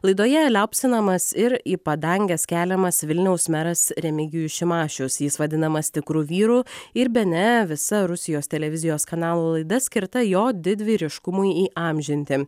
laidoje liaupsinamas ir į padanges keliamas vilniaus meras remigijus šimašius jis vadinamas tikru vyru ir bene visa rusijos televizijos kanalų laida skirta jo didvyriškumui įamžinti